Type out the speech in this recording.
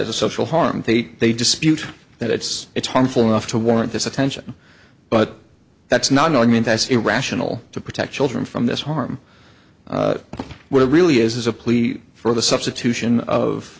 as a social harm they dispute that it's it's harmful enough to warrant this attention but that's not an element that's irrational to protect children from this harm what it really is is a plea for the substitution of